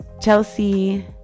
Chelsea